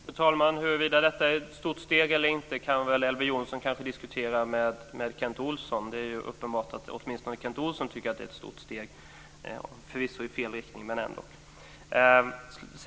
Fru talman! Huruvida det är ett stort steg eller inte kan väl Elver Jonsson diskutera med Kent Olsson. Det är uppenbart att åtminstone Kent Olsson tycker att detta är ett stort steg, förvisso i fel riktning men ändå.